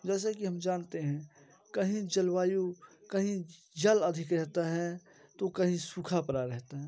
जैसे कि हम जानते हैं कहीं जलवायु कहीं जल अधिक रहता है तो कहीं सूखा पड़ा रहता है